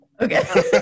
Okay